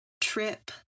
trip